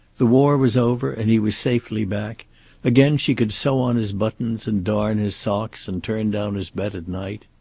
the war was over and he was safely back again she could sew on his buttons and darn his socks, and turn down his bed at night.